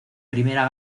primera